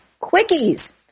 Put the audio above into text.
Quickies